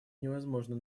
невозможно